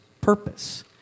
purpose